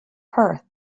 perth